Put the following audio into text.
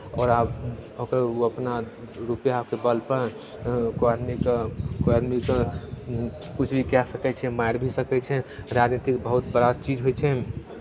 आओर आब ओकर ओ अपना रुपैआके बलपर कोइ आदमीके कोइ आदमीके किछु भी कए सकै छै मारि भी सकै छै राजनीति बहुत बड़ा चीज होइ छै